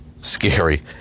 scary